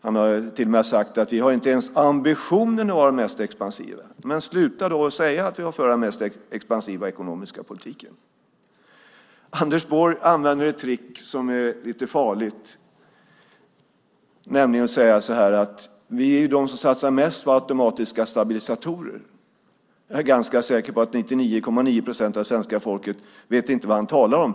Han har till och med sagt att man inte ens har ambitionen att vara mest expansiv. Sluta då att säga att ni för den mest expansiva ekonomiska politiken! Anders Borg använder ett trick som är lite farligt, nämligen att säga att vi är de som satsar mest på automatiska stabilisatorer. Jag är ganska säker på att 99,9 procent av svenska folket inte vet vad han talar om.